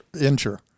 injure